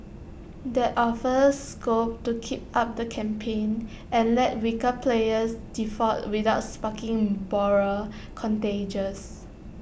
that offers scope to keep up the campaign and let weaker players default without sparking broader contagions